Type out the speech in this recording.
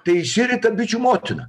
tai išsirita bičių motina